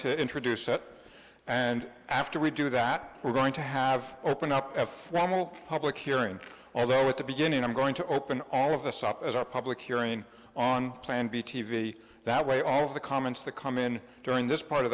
to introduce it and after we do that we're going to have open up a formal public hearing well at the beginning i'm going to open all of this up as a public hearing on plan b t v that way all of the comments that come in during this part of